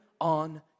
on